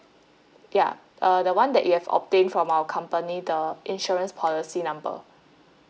ya uh the one that you have obtained from our company the insurance policy number